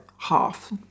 half